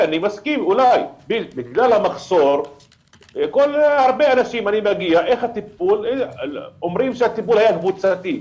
שבגלל המחסור הרבה אנשים אומרים שהטיפול היה קבוצתי,